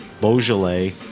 Beaujolais